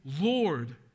Lord